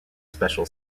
special